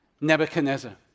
Nebuchadnezzar